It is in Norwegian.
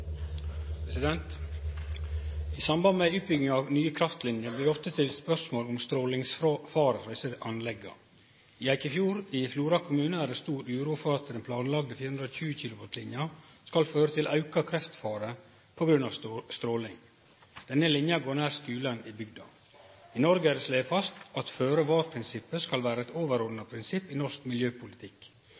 stor uro for at den planlagde 420 kW-linja skal føre til auka kreftfare på grunn av stråling. Denne linja går nær skulen i bygda. I Noreg er det slege fast at føre-var-prinsippet skal vere eit overordna prinsipp i norsk miljøpolitikk.